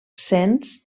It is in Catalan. sens